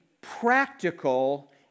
practical